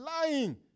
lying